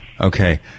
Okay